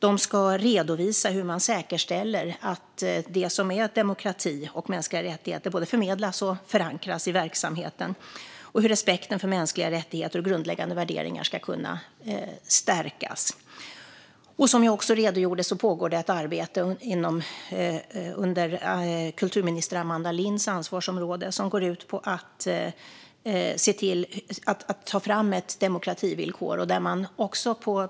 De ska redovisa hur de säkerställer att demokrati och mänskliga rättigheter både förmedlas och förankras i verksamheten och hur respekten för mänskliga rättigheter och grundläggande värderingar ska kunna stärkas. Som jag också redogjorde för pågår ett arbete inom kulturminister Amanda Linds ansvarsområde. Det går ut på att se till att ta fram ett demokrativillkor.